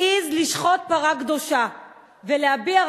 העז לשחוט פרה קדושה ולהביע,